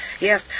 Yes